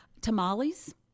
Tamales